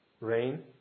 rain